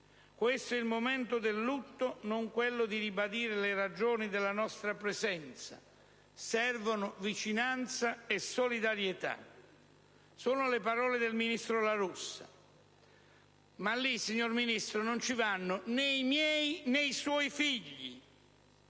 «Questo è il momento del lutto, non quello di ribadire le ragioni della nostra presenza. Servono vicinanza e solidarietà». Sono le parole del ministro La Russa; ma lì, signor Ministro, non ci vanno, né i miei, né i suoi figli.